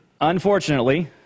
Unfortunately